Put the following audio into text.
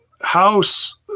House